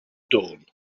dawn